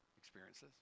experiences